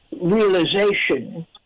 realization